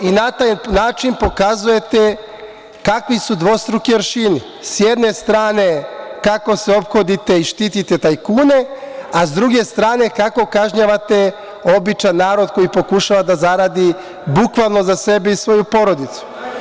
Na taj način pokazujete kakvi su dvostruki aršini, s jedne strane kako se ophodite i štitite tajkune, a s druge strane kako kažnjavate običan narod koji pokušava da zaradi bukvalno za sebe i svoju porodicu.